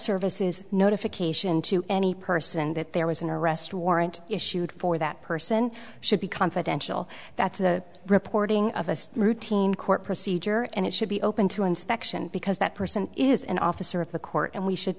services notification to any person that there was an arrest warrant issued for that person should be confidential that's the reporting of a routine court procedure and it should be open to inspection because that person is an officer of the court and we should